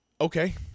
Okay